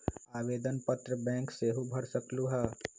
आवेदन पत्र बैंक सेहु भर सकलु ह?